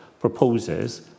proposes